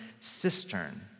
cistern